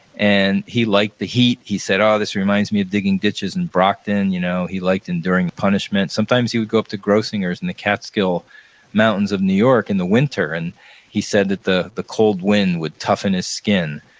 and he liked the heat. he said, oh, this reminds me of digging ditches in brockton. you know he liked enduring the punishment. sometimes he would go up to grossinger's in the catskill mountains of new york in and the winter, and he said that the the cold wind would toughen his skin.